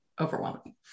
overwhelming